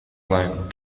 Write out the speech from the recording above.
line